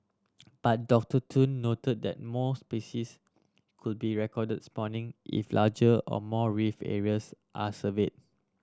but Doctor Tun noted that more species could be recorded spawning if larger or more reef areas are surveyed